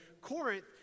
Corinth